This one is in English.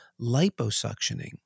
liposuctioning